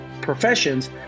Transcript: professions